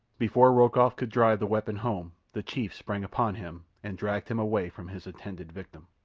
before rokoff could drive the weapon home the chief sprang upon him and dragged him away from his intended victim.